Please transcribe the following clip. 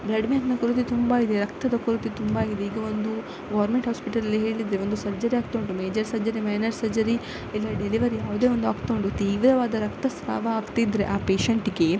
blood ಬ್ಯಾಂಕ್ನ ಕೊರತೆ ತುಂಬ ಇದೆ ರಕ್ತದ ಕೊರತೆ ತುಂಬ ಇದೆ ಈಗ ಒಂದು ಗೋರ್ಮೆಂಟ್ ಹಾಸ್ಪಿಟಲಲ್ಲಿ ಹೇಳಿದರೆ ಒಂದು ಸರ್ಜರಿ ಆಗ್ತಾ ಉಂಟು ಮೇಜರ್ ಸರ್ಜರಿ ಮೈನರ್ ಸರ್ಜರಿ ಇಲ್ಲ ಡೆಲಿವರಿ ಯಾವುದೇ ಒಂದು ಆಗ್ತಾ ಉಂಟು ತೀವ್ರವಾದ ರಕ್ತಸ್ರಾವ ಆಗ್ತಿದ್ದರೆ ಆ ಪೇಶೆಂಟಿಗೆ